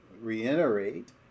reiterate